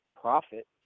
profit